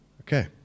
Okay